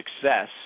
success